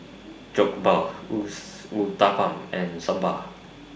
Jokbal Uthapam and Sambar